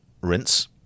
rinse